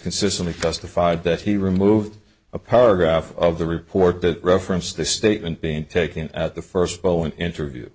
consistently justified that he removed a paragraph of the report that referenced the statement being taken at the first phone interview